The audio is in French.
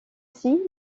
ainsi